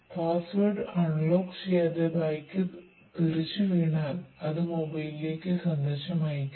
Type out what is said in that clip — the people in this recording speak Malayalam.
പാസ്വേഡ്സന്ദേശം അയയ്ക്കും